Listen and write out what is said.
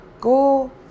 go